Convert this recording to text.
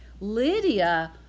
Lydia